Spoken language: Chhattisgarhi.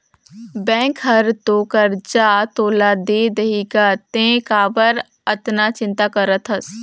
बेंक हर तो करजा तोला दे देहीगा तें काबर अतना चिंता करथस